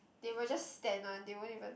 they will just stand one they won't even